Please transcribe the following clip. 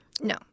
No